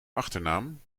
achternaam